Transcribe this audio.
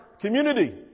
community